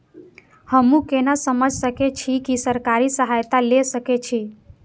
हमू केना समझ सके छी की सरकारी सहायता ले सके छी?